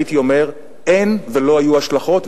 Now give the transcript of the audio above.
הייתי אומר: אין ולא היו השלכות,